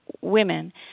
women